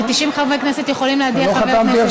ש-90 חברי כנסת יכולים להדיח חבר כנסת.